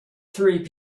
three